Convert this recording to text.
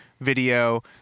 video